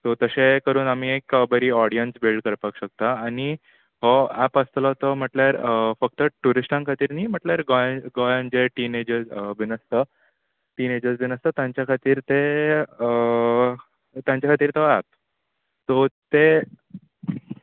so तशें करून आमी एक बरी ऑडियन्स बिळ्ड करपाक शकता आनी हो एप आसतलो तो म्हणल्यार फक्त टुरिस्टां खातीर न्हय म्हणल्यार गोंय गोंयान जे टिनेजर्ज बी आसता टिनेजर्ज बी आसता तांच्या खातीर ते तांच्या खातीर तो एप सो ते